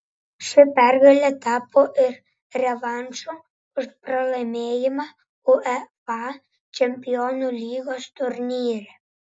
ši pergalė tapo ir revanšu už pralaimėjimą uefa čempionų lygos turnyre